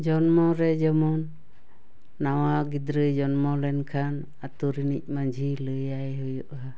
ᱡᱚᱱᱢᱚ ᱨᱮ ᱡᱮᱢᱚᱱ ᱱᱟᱣᱟ ᱜᱤᱫᱽᱨᱟᱹᱭ ᱡᱚᱱᱢᱚ ᱞᱮᱱ ᱠᱷᱟᱱ ᱟᱛᱳ ᱨᱤᱱᱤᱡ ᱢᱟᱺᱡᱷᱤ ᱞᱟᱹᱭᱟᱭ ᱦᱩᱭᱩᱼᱟ